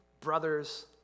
brothers